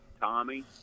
Tommy